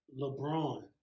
LeBron